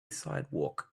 sidewalk